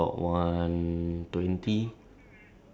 it only moves off at twelve forty five